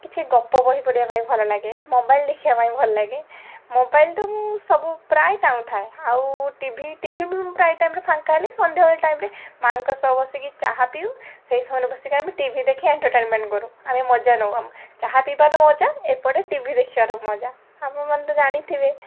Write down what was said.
କିଛି ଗପ ବହି ପଢ଼ିବା ପାଇଁ ଭଲ ଲାଗେ ମୋବାଇଲ ଦେଖିବା ପାଇଁ ଭଲ ଲାଗେ ମୋବାଇଲ ତ ମୁଁ ସବୁ ପ୍ରାୟ ଟାଣୁଥାଏ ଆଉ ଟି ଭି ଟି ଭି ବି ମୁଁ ପ୍ରାୟ ଟାଇମ୍ରେ ଫାଙ୍କା ହେଲେ ସନ୍ଧ୍ୟାବେଳ ଟାଇମ୍ରେ ମା'ଙ୍କ ସହ ବସିକି ଚାହା ପିଉ ସେଇ ସମୟରେ ବସିକି ଆମେ ଟି ଭି ଦେଖି ଏଣ୍ଟରଟେନମେଣ୍ଟ କରୁ ଆମେ ମଜା ନଉ ଚାହା ପିଇବାର ମଜା ଏପଟେ ଟି ଭି ଦେଖିବାର ମଜା ଆପଣମାନେ ତ ଜାଣିଥିବେ